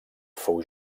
fou